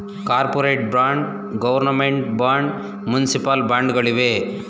corporate bond, government bond, municipal bond ಗಳಿವೆ